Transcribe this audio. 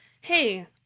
hey